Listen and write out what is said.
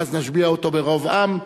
ואז נשביע אותו ברוב עם,